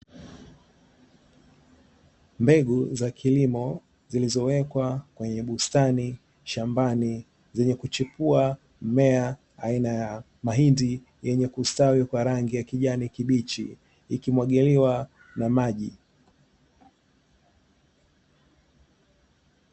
Mbegu za kilimo zilizowekwa kwenye bustani shambani, zenye kuchipua mmea aina ya mahindi yenye kustawi kwa rangi ya kijani kibichi; ikimwagiliwa na maji.